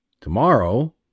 Tomorrow